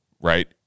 right